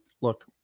look